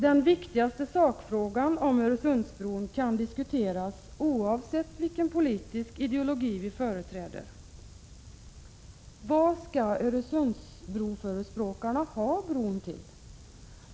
Den viktigaste sakfrågan om Öresundsbron, som kan diskuteras oavsett vilken politisk ideologi vi företräder, är: Vad skall broförespråkarna ha bron till?